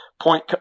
point